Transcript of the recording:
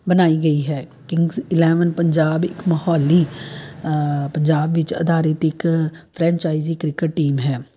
ਬਣਾਈ ਗਈ ਹੈ ਕਿੰਗਜ਼ ਇਲੈਵਨ ਪੰਜਾਬ ਇੱਕ ਮਹੌਲੀ ਪੰਜਾਬ ਵਿੱਚ ਅਧਾਰਿਤ ਇੱਕ ਫਰੈਂਚਾਈਜ਼ ਕ੍ਰਿਕਟ ਟੀਮ ਹੈ